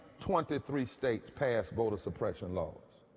twenty three states passed voter suppression laws.